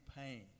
pain